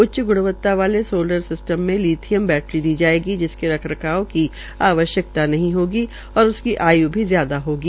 उच्च ग्णवत्ता वाले सोलर सिस्टम में लीथियम बैटरी दी जायेगी जिसके रख रखाव की आवश्यकता नहीं होगी और उसकी आय् भी ज्यादा होगी